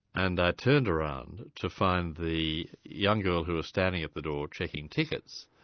and i turned around to find the young girl who was standing at the door checking tickets,